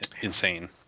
insane